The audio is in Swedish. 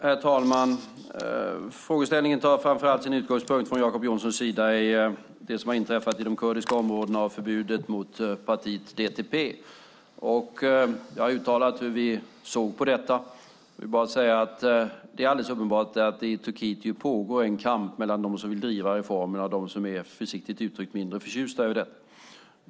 Herr talman! Frågeställningen tar framför allt sin utgångspunkt, från Jacob Johnsons sida, i det som har inträffat i de kurdiska områdena och förbudet mot partiet DTP. Jag har uttalat hur vi såg på detta. Jag vill bara säga att det är alldeles uppenbart att det i Turkiet pågår en kamp mellan dem som vill driva reformer och de som, försiktigt uttryckt, är mindre förtjusta över detta.